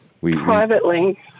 Privately